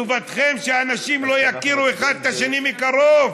טובתכם שאנשים לא יכירו אחד את השני מקרוב,